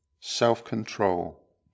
Self-control